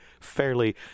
fairly